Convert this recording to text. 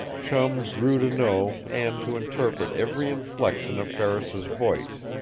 chum grew to know and to interpret every inflection of ferris's voice,